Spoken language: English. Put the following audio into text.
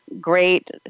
great